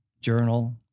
journal